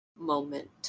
moment